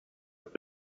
what